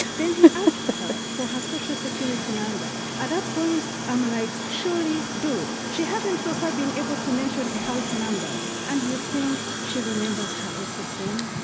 then he asks her for her social security number. at that point i'm like, surely dude, she hasn't so far been able to mention a house number and you think she remembers her ah ssn?